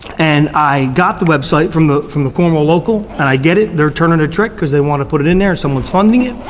and i got the website from the from the cornwall local, and i get it, they're turning a trick cause they want to put it in there and someone's funding it,